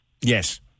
Yes